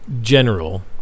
general